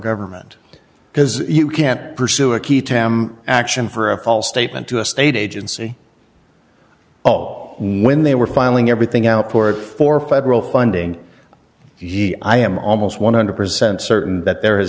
government because you can't pursue a key to action for a false statement to a state agency oh when they were filing everything outward for federal funding i am almost one hundred percent certain that there is